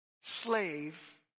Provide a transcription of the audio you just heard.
slave